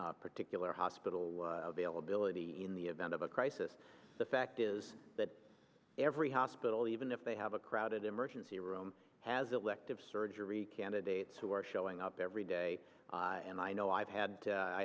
particular hospital vail ability in the event of a crisis the fact is that every hospital even if they have a crowded emergency room has elective surgery candidates who are showing up every day and i know i've had